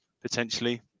potentially